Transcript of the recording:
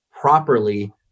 properly